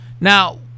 Now